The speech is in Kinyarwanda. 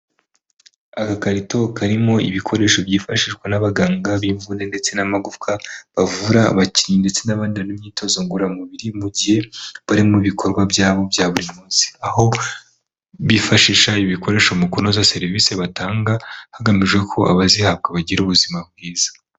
Agakarito karimo ibikoresho byifashishwa n'abaganga b'imvune ndetse n'amagufwa bavura abakinnyi ndetse n'abandi mu myitozo ngororamubiri mu gihe bari mu bikorwa byabo bya buri munsi, aho bifashisha ibikoresho mu kunoza serivisi batanga hagamijwe ko abazihabwa bagira ubuzima bwiza.